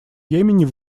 йемене